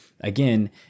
Again